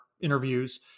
interviews